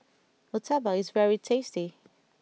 Murtabak is very tasty